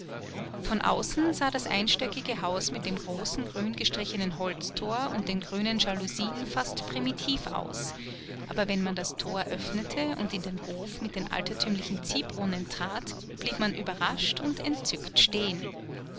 von außen sah das einstöckige haus mit dem großen grün gestrichenen holztor und den grünen jalousien fast primitiv aus aber wenn man das tor öffnete und in den hof mit dem altertümlichen ziehbrunnen trat blieb man überrascht und entzückt stehen